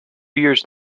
years